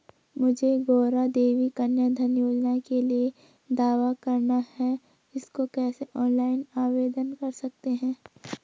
मुझे गौरा देवी कन्या धन योजना के लिए दावा करना है इसको कैसे ऑनलाइन आवेदन कर सकते हैं?